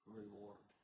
reward